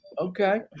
Okay